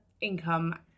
income